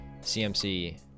CMC